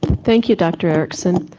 thank you dr. erickson,